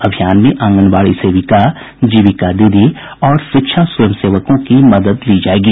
अभियान में आंगनबाड़ी सेविका जीविका दीदी और शिक्षा स्वयंसेवकों की मदद ली जायेगी